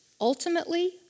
ultimately